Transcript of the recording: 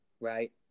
right